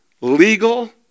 legal